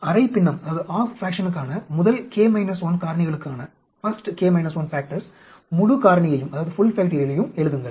எனவே ½ பின்னத்துக்கான ½ fraction முதல் k 1 காரணிகளுக்கான முழு காரணியையும் எழுதுங்கள்